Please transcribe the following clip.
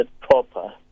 proper